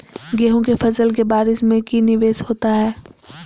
गेंहू के फ़सल के बारिस में की निवेस होता है?